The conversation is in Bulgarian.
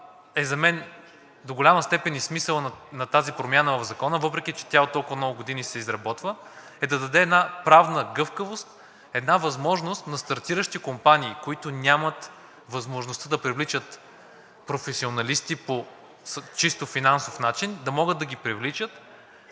за мен до голяма степен и смисълът на тази промяна в Закона, въпреки че тя от толкова много години се изработва, е да даде една правна гъвкавост, една възможност на стартиращи компании, които нямат възможността да привличат професионалисти по чисто финансов начин, да могат да ги привличат,